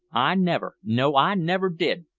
i never, no i never, did,